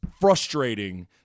frustrating